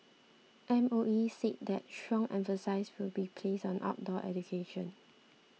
M O E said that strong emphasis will be placed on outdoor education